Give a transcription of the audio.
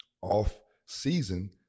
off-season